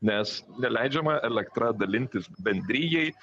nes neleidžiama elektra dalintis bendrijai